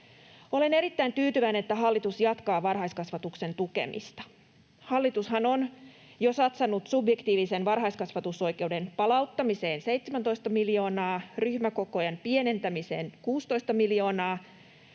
Olen erittäin tyytyväinen, että hallitus jatkaa varhaiskasvatuksen tukemista. Hallitushan on jo satsannut subjektiivisen varhaiskasvatusoikeuden palauttamiseen 17 miljoonaa, ryhmäkokojen pienentämiseen 16 miljoonaa